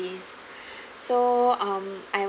so um I